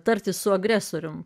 tartis su agresoriumi